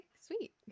Sweet